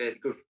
good